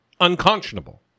Unconscionable